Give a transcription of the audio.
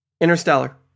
Interstellar